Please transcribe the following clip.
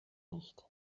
nicht